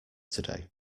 today